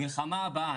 מלחמה הבאה,